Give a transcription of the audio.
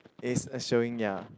is uh showing ya